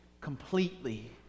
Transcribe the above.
completely